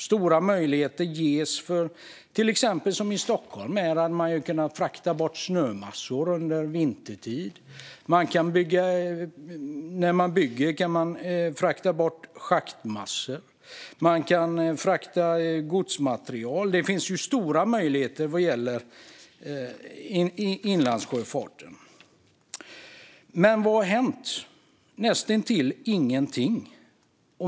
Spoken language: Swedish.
Stora möjligheter ges att till exempel i Stockholm frakta bort snömassor vintertid eller frakta bort schaktmassor från byggen. Vidare kan gods fraktas. Det finns stora möjligheter med inlandssjöfarten. Men vad har hänt? Det är näst intill ingenting.